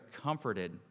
comforted